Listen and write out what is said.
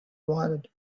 wanted